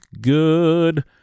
good